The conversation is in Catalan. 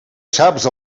saps